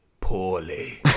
poorly